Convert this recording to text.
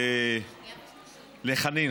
לחנין,